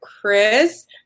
Chris